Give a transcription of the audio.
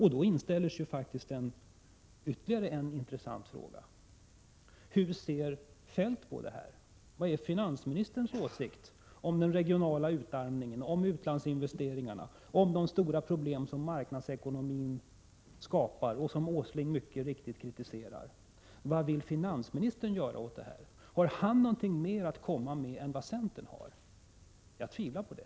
Här inställer sig faktiskt ytterligare ett par intressanta frågor: Hur ser finansministern på den regionala utarmningen, på utlandsinvesteringarna, på de stora problem som marknadsekonomin skapar och som Nils G. Åsling mycket riktigt kritiserar? Vad vill finansministern göra åt dessa problem? Har han något mer att komma med än vad centern har? Jag tvivlar på det.